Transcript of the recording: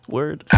Word